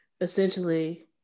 essentially